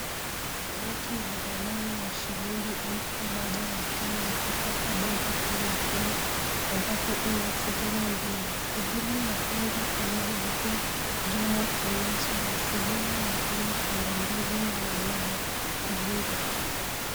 Noti ya zamani ya shilingi elfu moja ya Kenya kutoka benki kuu la Kenya ambapo ina sehemu mbili , sehemu ya kwanza kuna Mzee Jomo Kenyatta na sehemu ya pili kuna ndovu na wanao wadogo.